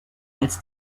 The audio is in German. als